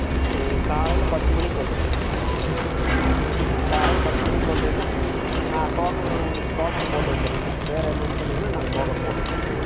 ஓகேங்க நீங்கள் காலையில் பத்து மணிக்கு வந்துடுங்க சரிங்களா காலையில் பத்து மணிக்கு வந்தீங்கன்னா ஆ டோக்கன் உங்களுக்கு டோக்கன் போட்டு வச்சுருக்கோம் உங்கள் பேர் என்னன்னு சொன்னீங்கன்னா நாங்கள் டோக்கன் போட்டு வச்சிடுறோங்க